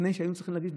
לפני שהיו צריכים להגיד,